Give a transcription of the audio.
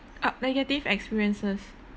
ah negative experiences